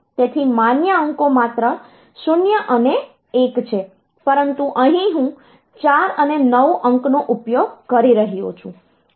તેથી માન્ય અંકો માત્ર 0 અને 1 છે પરંતુ અહીં હું 4 અને 9 અંકોનો ઉપયોગ કરી રહ્યો છું